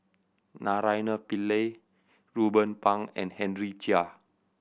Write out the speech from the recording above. Naraina Pillai Ruben Pang and Henry Chia